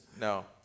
No